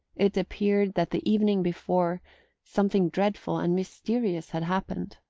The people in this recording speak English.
it appeared that the evening before something dreadful and mysterious had happened.